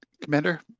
Commander